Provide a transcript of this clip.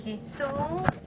K so